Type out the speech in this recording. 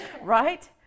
right